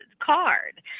card